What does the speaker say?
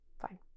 fine